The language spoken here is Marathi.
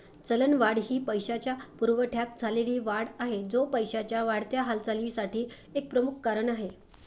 चलनवाढ ही पैशाच्या पुरवठ्यात झालेली वाढ आहे, जो पैशाच्या वाढत्या हालचालीसाठी एक प्रमुख कारण आहे